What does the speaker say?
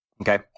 Okay